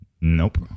nope